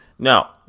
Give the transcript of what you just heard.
Now